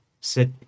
sit